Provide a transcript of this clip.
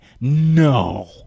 No